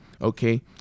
okay